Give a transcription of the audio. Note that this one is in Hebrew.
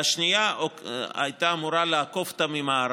והשנייה הייתה אמורה לעקוף אותה ממערב.